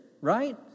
right